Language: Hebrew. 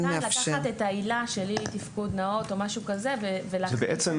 אז כאן לקחת את העילה של אי תפקוד נאות או משהו כזה --- את זה